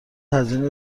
هزینه